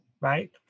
right